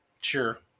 Sure